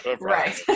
Right